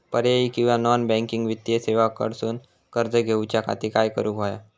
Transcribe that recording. पर्यायी किंवा non banking वित्तीय सेवा कडसून कर्ज घेऊच्या खाती काय करुक होया?